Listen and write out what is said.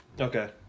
Okay